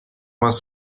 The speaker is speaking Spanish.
más